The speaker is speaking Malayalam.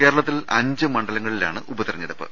കേരളത്തിൽ അഞ്ച് മണ്ഡലങ്ങളിലാണ് ഉപതെരഞ്ഞെടുപ്പ്